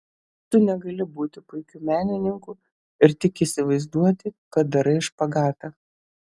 tu negali būti puikiu menininku ir tik įsivaizduoti kad darai špagatą